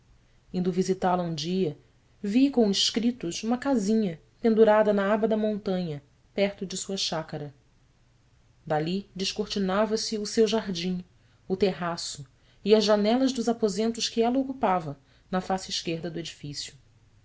indo visitá-la um dia vi com escritos uma casinha pendurada na aba da montanha perto de sua chácara dali descortinava se o seu jardim o terraço e as janelas dos aposentos que ela ocupava na face esquerda do edifício